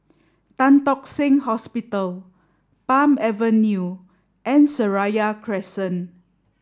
Tan Tock Seng Hospital Palm Avenue and Seraya Crescent